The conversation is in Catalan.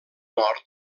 nord